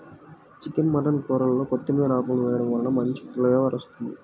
chicken mutton కూరల్లో కొత్తిమీర ఆకులను వేయడం వలన మంచి ఫ్లేవర్ వస్తుంది